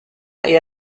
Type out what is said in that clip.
est